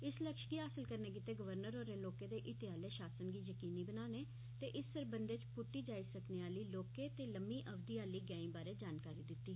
इस लक्ष्य गी हासल करने गितै गवर्नर होरें लोकें दे हितै आले शासन गी यकीनी बनाने ते इस सरबंधै पुट्टी जाई सकने आले इच लौहके ते लम्मी अवधि आले गैंई बारै जानकारी दिती